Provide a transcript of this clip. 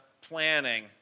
planning